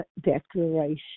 declaration